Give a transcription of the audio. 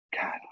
god